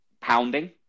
pounding